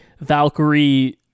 Valkyrie